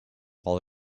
while